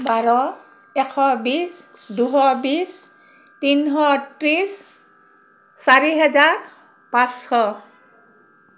বাৰ এশ বিছ দুশ বিছ তিনিশ ত্ৰিছ চাৰি হেজাৰ পাঁচশ